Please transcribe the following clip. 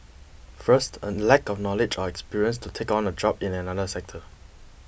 first a lack of knowledge or experience to take on a job in another sector